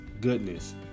goodness